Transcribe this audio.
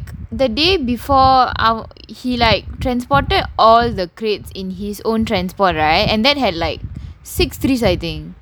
then before our he like transported all the crepes in his own transport right and that like six threes